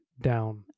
down